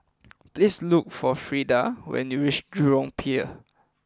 please look for Freida when you reach Jurong Pier